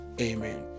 Amen